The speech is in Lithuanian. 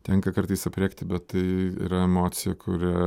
tenka kartais aprėkti bet tai yra emocija kuria